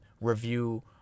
review